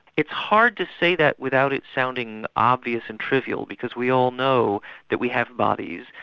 it's hard to say that without it sounding obvious and trivial, because we all know that we have bodies,